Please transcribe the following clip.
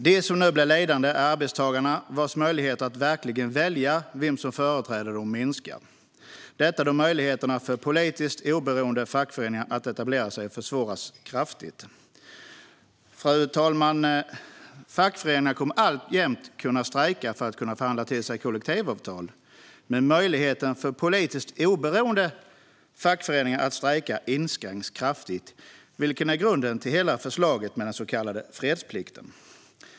De som nu blir lidande är arbetstagarna, vars möjligheter att verkligen välja vem som företräder dem minskar eftersom möjligheterna för politiskt oberoende fackföreningar att etablera sig försvåras kraftigt. Fru talman! Fackföreningar kommer alltjämt att kunna strejka för att kunna förhandla sig till kollektivavtal. Möjligheten för politiskt oberoende fackföreningar att strejka inskränks dock kraftigt, vilket är grunden till hela förslaget om den så kallade fredsplikten.